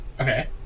Okay